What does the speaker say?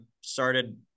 started